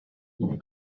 ili